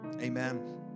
Amen